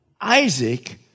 Isaac